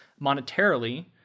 monetarily